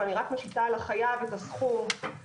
אבל אני רק משיטה על החייב את הסכום לפי